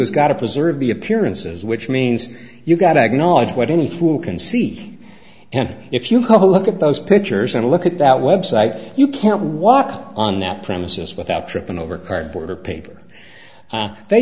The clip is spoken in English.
is got to preserve the appearances which means you've got to acknowledge what any fool can see and if you look at those pictures and look at that website you can walk out on that premises without tripping over cardboard or paper